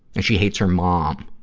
and she hates her mom,